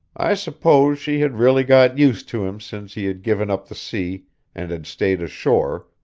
i suppose she had really got used to him since he had given up the sea and had stayed ashore,